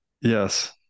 Yes